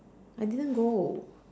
I didn't go